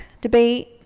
debate